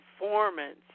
performance